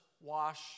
wash